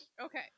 Okay